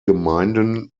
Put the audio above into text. gemeinden